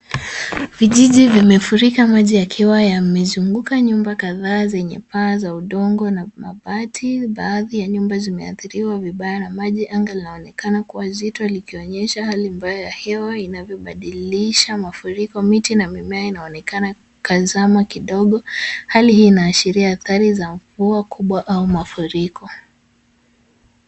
Vijiji vimefurika maji yakiwa yamezunguka nyumba kadhaa zenye paa za udongo na mabati. Baadhi ya nyumba zimeathiriwa vibaya na maji. Anga laonekana kuwa nzito likionesha hali mbaya ya hewa inavyobadilisha mafuriko. Miti na mimea inaonekana kazama kidogo. Hali hii inaashiria athari za mvua kubwa au mafuriko.